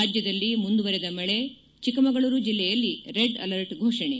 ರಾಜ್ಜದಲ್ಲಿ ಮುಂದುವರೆದ ಮಳೆ ಚಿಕ್ಕಮಗಳೂರು ಜಿಲ್ಲೆಯಲ್ಲಿ ರೆಡ್ ಅಲರ್ಟ್ ಫೋಷಣೆ